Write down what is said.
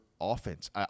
offense